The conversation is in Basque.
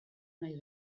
nahi